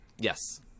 yes